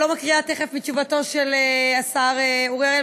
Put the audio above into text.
אני לא מקריאה מתשובתו של השר אורי אריאל,